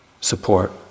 support